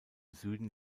süden